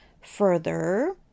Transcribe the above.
Further